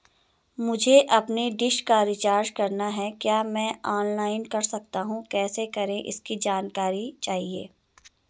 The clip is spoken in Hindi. मुझे अपनी डिश का रिचार्ज करना है क्या मैं ऑनलाइन कर सकता हूँ कैसे करें इसकी जानकारी चाहिए?